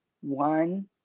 one